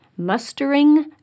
Mustering